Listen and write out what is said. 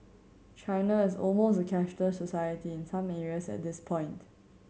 China is almost a cashless society in some areas at this point